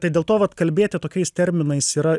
tai dėl to vat kalbėti tokiais terminais yra